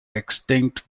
extinct